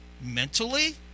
mentally